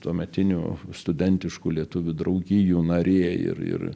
tuometinių studentiškų lietuvių draugijų narė ir ir